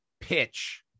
pitch